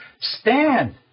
stand